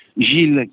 Gilles